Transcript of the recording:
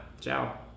Ciao